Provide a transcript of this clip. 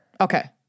Okay